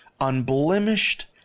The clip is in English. unblemished